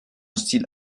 style